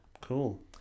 cool